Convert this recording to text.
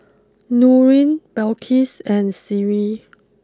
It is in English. Nurin Balqis and Sri